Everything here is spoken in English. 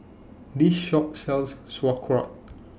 This Shop sells Sauerkraut